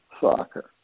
soccer